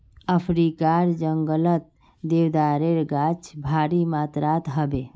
अफ्रीकार जंगलत देवदारेर गाछ भारी मात्रात ह बे